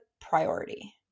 priority